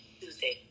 Tuesday